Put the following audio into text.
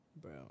Bro